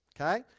Okay